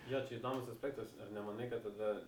jo čia įdomus aspektas ar nemanai kad tada